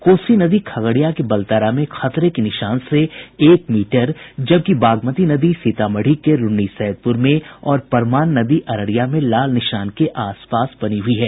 कोसी नदी खगड़िया के बलतारा में खतरे के निशान से एक मीटर जबकि बागमती नदी सीतामढ़ी के रून्नी सैदपुर में और परमान नदी अररिया में लाल निशान के आसपास बनी हुई है